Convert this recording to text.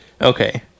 Okay